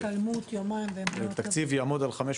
אבל בהחלטת הממשלה נקבע שהתקציב יעמוד על 500